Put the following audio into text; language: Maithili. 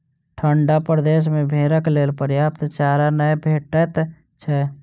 ठंढा प्रदेश मे भेंड़क लेल पर्याप्त चारा नै भेटैत छै